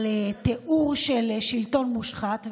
על תיאור של שלטון מושחת.